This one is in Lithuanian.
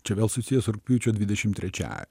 čia vėl susiję su rugpjūčio dvidešim trečiąja